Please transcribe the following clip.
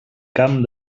camp